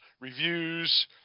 reviews